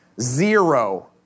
Zero